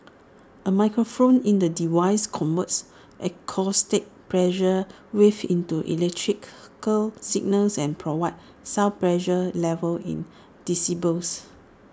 A microphone in the device converts acoustic pressure waves into electrical signals and provides sound pressure levels in decibels